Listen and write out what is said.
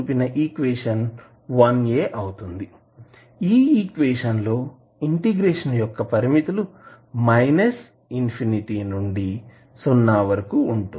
ఈ ఈక్వేషన్ లో ఇంటిగ్రేషన్ యొక్క పరిమితులు మైనస్ ఇన్ఫినిటీ నుండి సున్నా వరకు ఉంటుంది